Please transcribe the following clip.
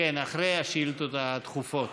כן, אחרי השאילתות הדחופות.